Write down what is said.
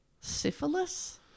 syphilis